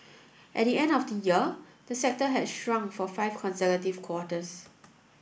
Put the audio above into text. at the end of the year the sector had shrunk for five consecutive quarters